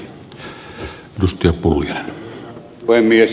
arvoisa herra puhemies